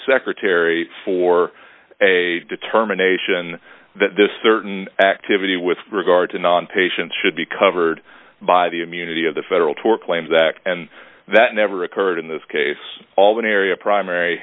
secretary for a determination that this certain activity with regard to non patients should be covered by the immunity of the federal tort claims act and that never occurred in this case all the area primary